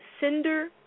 cinder